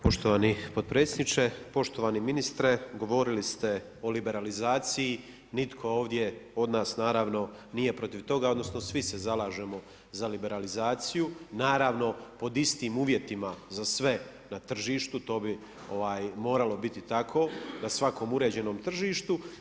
Poštovani potpredsjedniče, poštovani ministre, govorili ste o liberalizaciji, nitko ovdje od nas naravno, nije protiv toga, odnosno, svi se zalažemo za liberalizaciju, naravno, pod istim uvjetima za sve na tržištu, to bi moralo biti tako, na svakom uređenom tržištu.